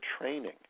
training